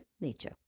nature